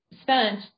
spent